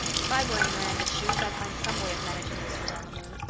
if i were in miranda's shoes i'd find some way of managing whiskers-on-the-moon.